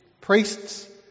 priests